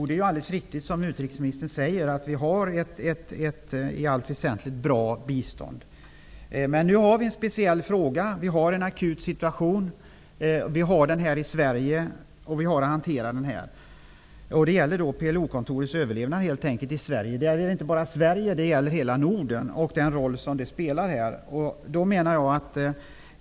Herr talman! Det är alldeles riktigt att vi ger ett i allt väsentligt bra bistånd. Men nu har vi en speciell fråga här i Sverige, en akut situation, och vi har att hantera den här. Det gäller helt enkelt PLO kontorets överlevnad i Sverige. Det gäller inte bara Sverige, utan hela Norden och den roll som det spelar här.